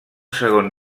segon